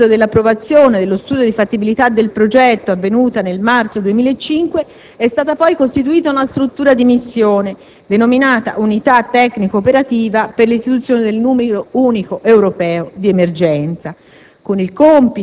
A seguito dell'approvazione dello studio di fattibilità del progetto, avvenuta nel marzo 2005, è stata, poi, costituita una struttura di missione denominata «Unità tecnico-operativa per l'istituzione del numero unico europeo di emergenza»